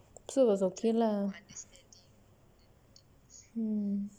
so it was okay lah mm